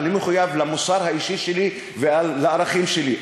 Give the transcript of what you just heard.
אני מחויב למוסר האישי שלי ולערכים שלי.